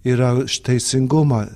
yra už teisingumą